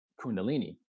Kundalini